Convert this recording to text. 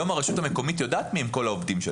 הרשות המקומית יודעת היום מיהם כל העובדים,